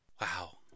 Wow